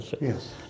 yes